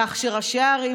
כך שראשי הערים,